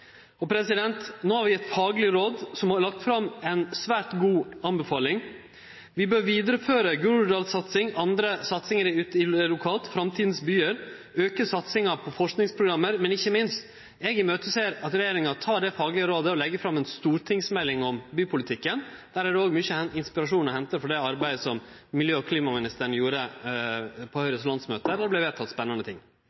har vi eit fagleg råd som har lagt fram ei svært god anbefaling. Vi bør vidareføre Groruddalssatsinga og andre satsingar lokalt, Framtidens byer, auke satsinga på forskingsprogram, men ikkje minst: Eg ser fram til at regjeringa tek det faglege rådet og legg fram ei stortingsmelding om bypolitikken. Der er det òg mykje inspirasjon å hente for det arbeidet som klima- og miljøministeren gjorde på